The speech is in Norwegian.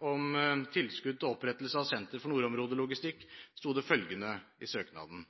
om tilskudd til opprettelse av Senter for nordområdelogistikk, sto det følgende i søknaden: